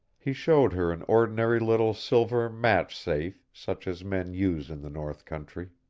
he showed her an ordinary little silver match-safe such as men use in the north country.